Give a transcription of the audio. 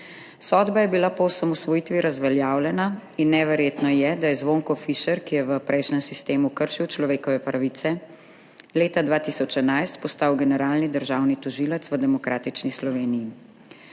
Sodba je bila po osamosvojitvi razveljavljena. In neverjetno je, da je Zvonko Fišer, ki je v prejšnjem sistemu kršil človekove pravice, leta 2011 postal generalni državni tožilec v Demokratični Sloveniji.